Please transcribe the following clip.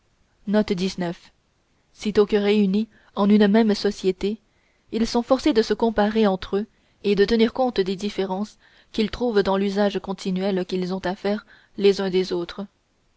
sitôt que réunis en une même société ils sont forcés de se comparer entre eux et de tenir compte des différences qu'ils trouvent dans l'usage continuel qu'ils ont à faire les uns des autres